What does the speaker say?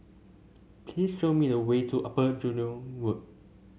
please show me the way to Upper Jurong Road